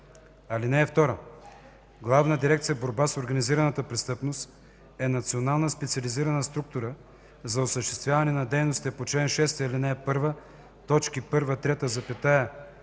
ал. 2. (2) Главна дирекция „Борба с организираната престъпност” (ГДБОП) е национална специализирана структура за осъществяване на дейностите по чл. 6, ал.